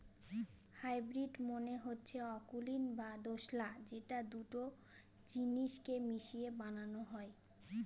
hybrid মানে হচ্ছে অকুলীন বা দোঁশলা যেটা দুটো জিনিস কে মিশিয়ে বানানো হয়